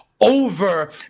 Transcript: over